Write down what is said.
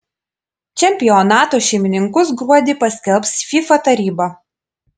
čempionato šeimininkus gruodį paskelbs fifa taryba